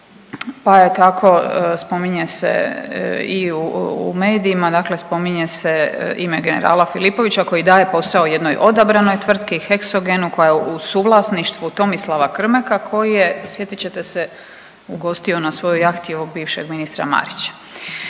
pa je tako spominje se i u medijima, dakle spominje se ime generala Filipovića koji daje posao jednoj odabranoj tvrtki Heksogenu koja je u suvlasništvu Tomislava Krmeka koji je, sjetit ćete se, ugostio na svojoj jahti ovog bivšeg ministra Marića.